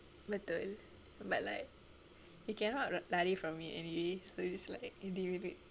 betul but like you cannot lari from it anyway so it's like you deal with it